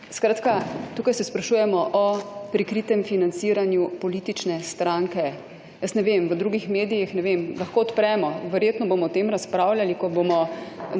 Skratka tukaj se sprašujemo o prikritem financiranju politične stranke. Jaz ne vem, v drugih medijih, ne vem, lahko odpremo, verjetno bomo o tem razpravljali, ko bomo,